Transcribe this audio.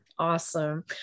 Awesome